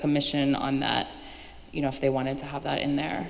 commission on you know if they wanted to have that in the